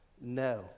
No